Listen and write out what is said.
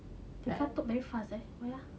they katuk very fast eh